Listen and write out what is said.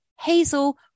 Hazel